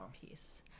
piece